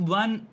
one